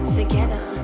together